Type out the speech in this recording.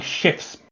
shifts